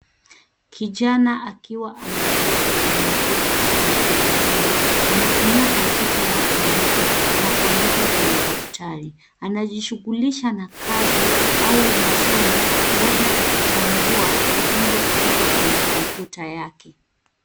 Kijana akiwa ameketi kwenye kiti cha magurudumu anatumia kompyuta yake ndogo na kuandika kwenye daftari. Anajishughulisha na kazi au masomo labda akichambua ujumbe kutoka kwenye kompyuta yake.